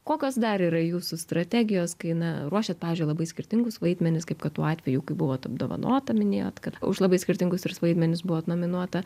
kokios dar yra jūsų strategijos kai na ruošiat pavyzdžiui labai skirtingus vaidmenis kaip kad tuo atveju kai buvot apdovanota minėjot kad už labai skirtingus vaidmenis buvot nominuota